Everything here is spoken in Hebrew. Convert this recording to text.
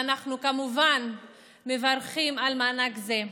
ואנחנו כמובן מברכים על מענק זה.